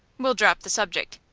we'll drop the subject.